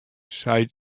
sei